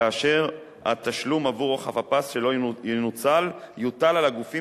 כאשר תשלום עבור רוחב פס שלא ינוצל יוטל על הגופים